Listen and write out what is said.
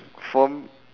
for m~